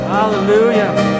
Hallelujah